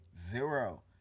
zero